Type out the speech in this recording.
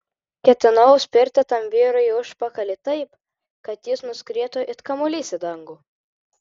ketinau spirti tam vyrui į užpakalį taip kad jis nuskrietų it kamuolys į dangų